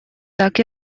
так